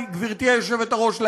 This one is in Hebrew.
גברתי היושבת-ראש,